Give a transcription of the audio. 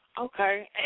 Okay